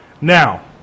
Now